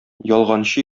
ялганчы